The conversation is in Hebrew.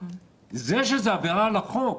זה שזו עבירה על החוק,